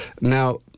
Now